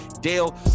Dale